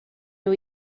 nhw